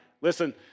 Listen